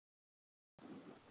हा ट्रेन केड़ी आ